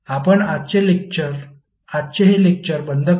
आपण आजचे हे लेक्टर बंद करू